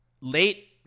late